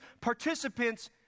participants